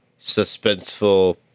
suspenseful